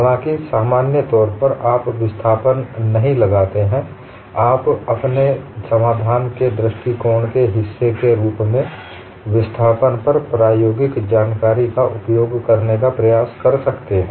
हालाँकि सामान्य तौर पर आप विस्थापन नहीं लगाते हैं आप अपने समाधान के दृष्टिकोण के हिस्से के रूप में विस्थापन पर प्रायोगिक जानकारी का उपयोग करने का प्रयास कर सकते हैं